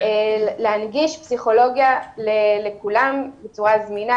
להנגיש פסיכולוגיה לכולם בצורה זמינה,